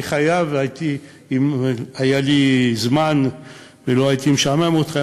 אם היה לי זמן ולא הייתי משעמם אתכם